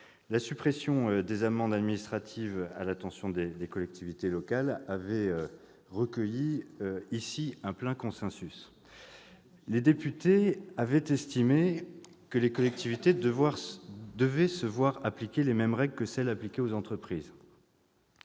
La suppression des amendes administratives à l'intention des collectivités locales avait recueilli ici un plein consensus. Les députés avaient estimé que les collectivités devaient se voir appliquer les mêmes règles que celles qui seront appliquées aux entreprises.